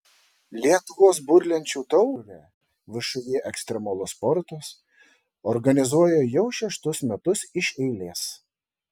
lietuvos burlenčių taurę všį ekstremalus sportas organizuoja jau šeštus metus iš eilės